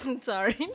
Sorry